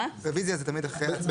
רביזיה זה תמיד אחרי ההצבעה.